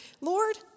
Lord